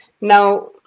Now